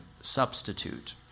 substitute